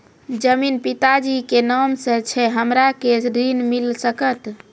जमीन पिता जी के नाम से छै हमरा के ऋण मिल सकत?